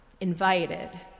invited